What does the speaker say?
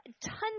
tons